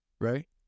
right